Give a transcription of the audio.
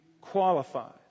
qualifies